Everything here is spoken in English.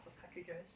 of cartridges